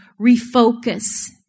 refocus